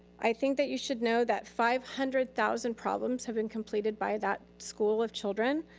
i think that you should know that five hundred thousand problems have been completed by that school of children,